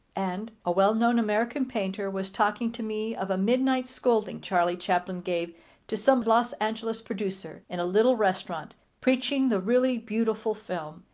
and a well-known american painter was talking to me of a midnight scolding charlie chaplin gave to some los angeles producer, in a little restaurant, preaching the really beautiful film,